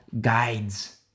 guides